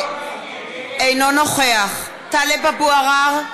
אינו נוכח טלב אבו עראר,